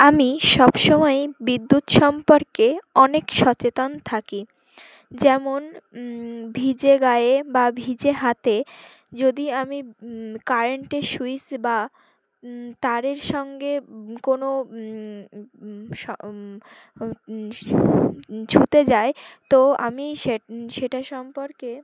আমি সব সমময় বিদ্যুৎ সম্পর্কে অনেক সচেতন থাকি যেমন ভিজে গায়ে বা ভিজে হাতে যদি আমি কারেন্টের সুইচ বা তারের সঙ্গে কোনো ছুতে যাই তো আমি সে সেটা সম্পর্কে